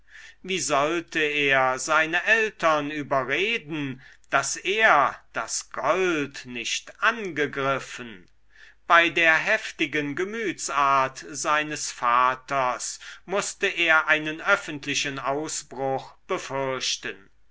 wie wollte er seine eltern überreden daß er das gold nicht angegriffen bei der heftigen gemütsart seines vaters mußte er einen öffentlichen ausbruch befürchten